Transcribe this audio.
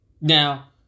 Now